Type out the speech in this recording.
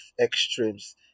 extremes